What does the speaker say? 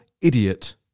idiot